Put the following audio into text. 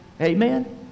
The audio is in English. Amen